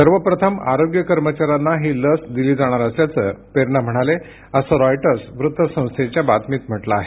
सर्वप्रथम आरोग्य कर्मचाऱ्यांना ही लस दिली जाणार असल्याचं पेर्ना म्हणाले असं रॉयटर्स वृत्त संस्थेच्या बातमीत म्हटलं आहे